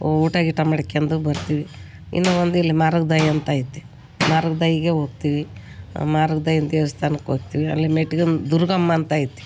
ಊಟ ಗೀಟ ಮಾಡ್ಕೊಂಡು ಬರ್ತೀವಿ ಇನ್ನು ಒಂದು ಇಲ್ಲಿ ಮಾರ್ಗದಯ್ಯಾ ಅಂತ ಐತೆ ಮಾರ್ಗದಯ್ಯಗೆ ಹೋಗ್ತೀವಿ ಆ ಮಾರ್ಗದಯ್ಯನ ದೇವಸ್ಥಾನಕ್ ಹೋಗ್ತೀವಿ ಅಲ್ಲಿ ಮೇಟ್ಗಮ್ಮ ದುರ್ಗಮ್ಮ ಅಂತೈತಿ